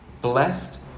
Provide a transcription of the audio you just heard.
Blessed